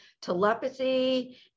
telepathy